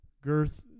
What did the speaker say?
girth